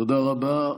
תודה רבה.